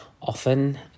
often